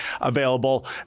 available